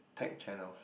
tech channels